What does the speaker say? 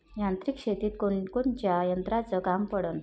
यांत्रिक शेतीत कोनकोनच्या यंत्राचं काम पडन?